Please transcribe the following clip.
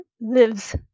lives